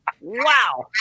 Wow